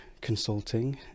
Consulting